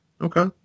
Okay